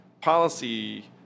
policy